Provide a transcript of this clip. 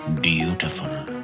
beautiful